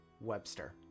Webster